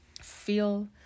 feel